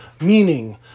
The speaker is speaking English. Meaning